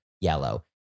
yellow